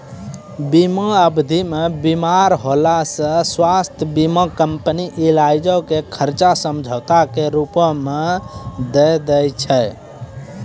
बीमा अवधि मे बीमार होला से स्वास्थ्य बीमा कंपनी इलाजो के खर्चा समझौता के रूपो मे दै छै